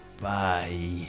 Bye